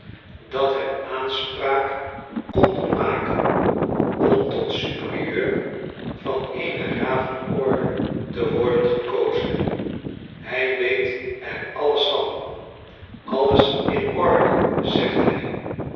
dat hem aanspraak kon doen makenom tot superieur van eene ravenorde te worden gekozen hy weet er alles van alles inorde zegt hij